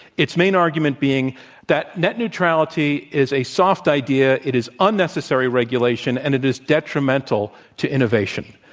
its main argument being that net neutrality is a soft idea. it is unnecessary regulation, and it is detrimental to innovation.